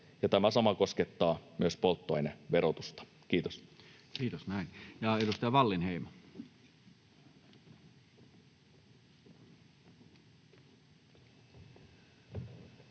tämä sama koskettaa myös polttoaineverotusta. — Kiitos. Kiitos. Näin. — Ja edustaja Wallinheimo. Arvoisa